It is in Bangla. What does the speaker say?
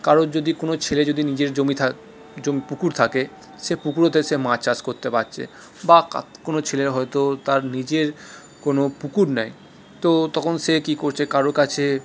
কারোর যদি কোন ছেলে যদি নিজের জমি থাক জমি পুকুর থাকে সে পুকুরেতে সে মাছ চাষ করতে পারছে বা কা কোনো ছেলের হয়তো তার নিজের কোনো পুকুর নেয় তো তখন সে কি করছে কারো কাছে